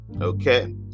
okay